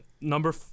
Number